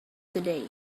today